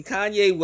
Kanye